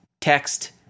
text